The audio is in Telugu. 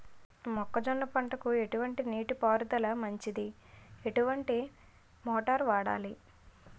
మొక్కజొన్న పంటకు ఎటువంటి నీటి పారుదల మంచిది? ఎటువంటి మోటార్ వాడాలి?